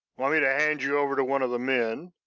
want me to hand you over to one of the men?